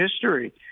history